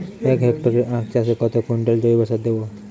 এক হেক্টরে আখ চাষে কত কুইন্টাল জৈবসার দেবো?